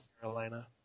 Carolina